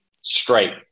straight